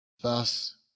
Thus